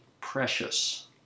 Precious